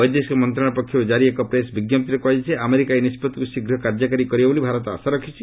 ବୈଦେଶିକ ମନ୍ତ୍ରଣାଳୟ ପକ୍ଷରୁ ଜାରି ଏକ ପ୍ରେସ୍ ବିଜ୍ଞପ୍ତିରେ କୁହାଯାଇଛି ଆମେରିକା ଏହି ନିଷ୍ପଭିକ୍ ଶୀଘ କାର୍ଯ୍ୟକାରି କରିବ ବୋଲି ଭାରତ ଆଶା ରଖିଛି